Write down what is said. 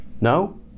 no